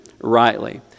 rightly